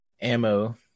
ammo